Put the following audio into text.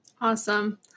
Awesome